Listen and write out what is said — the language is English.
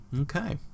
Okay